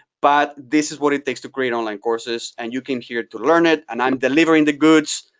but this is what it takes to create online courses, and you came here to learn it, and i'm delivering the goods.